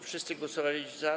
Wszyscy głosowali za.